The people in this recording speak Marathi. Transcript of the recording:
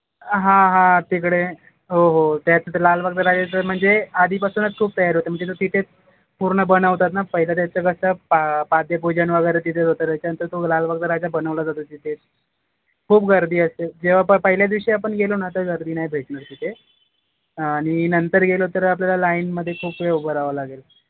हां हां तिकडे हो हो त्यात लालबागचा राजा तर म्हणजे आधीपासूनच खूप तयारी होते म्हणजे तो तिथे पूर्ण बनवतात ना पहिले त्यांचं कसं पा पाद्यपूजन वगैरे तिथेच होते त्याच्यानंतर तो लालबागचा राजा बनवला जातो तिथे खूप गर्दी असते जेव्हा प पहिल्या दिवशी आपण गेलो ना तर गर्दी नाही भेटणार तिथे आणि नंतर गेलो तर आपल्याला लाईनमध्ये खूप वेळ उभं रहावं लागेल